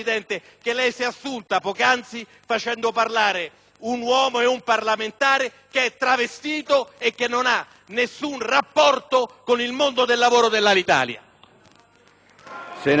un uomo e un parlamentare che è travestito e non ha alcun rapporto con il mondo del lavoro dell'Alitalia.